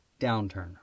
downturn